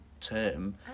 term